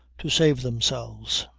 to save themselves.